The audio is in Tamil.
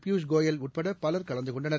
பியூஷ் கோயல் உட்படபலர் கலந்துகொண்டனர்